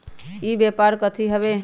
ई व्यापार कथी हव?